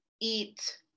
eat